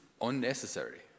unnecessary